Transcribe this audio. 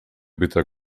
bitter